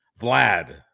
Vlad